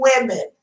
women